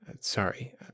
Sorry